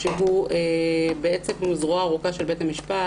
שהוא בעצם זרועו הארוכה של בית המשפט,